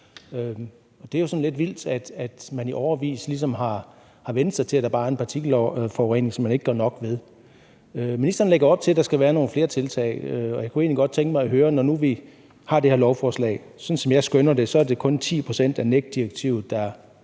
lidt vildt, at man i årevis ligesom har vænnet sig til, at der bare er en partikelforurening, som man ikke gør nok ved. Ministeren lægger op til, at der skal være nogle flere tiltag, og jeg kunne egentlig godt tænke mig at høre om noget, når nu vi har det her lovforslag. Sådan som jeg skønner det, er det kun 10 pct. af NEC-direktivet,